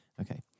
Okay